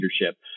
leadership